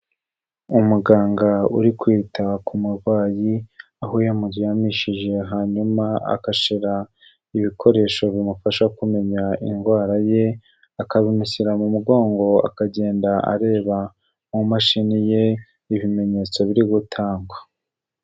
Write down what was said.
Umuganga uri kwita ku murwayi, aho yamuryamishije hanyuma agashyira ibikoresho bimufasha kumenya indwara ye, akabimushyira mu mugongo akagenda areba mu mashini ye ibimenyetso biri gutangwa.